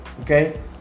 okay